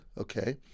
okay